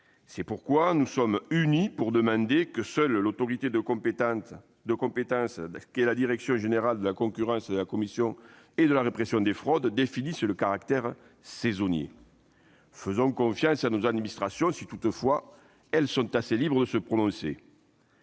raison pour laquelle nous demandons unanimement que seule l'autorité compétente, à savoir la direction générale de la concurrence, de la consommation et de la répression des fraudes, définisse le caractère saisonnier. Faisons confiance à nos administrations, si toutefois elles sont libres de se prononcer.